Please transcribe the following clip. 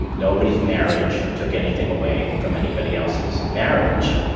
nobody's marriage took anything away from anybody else's marriage.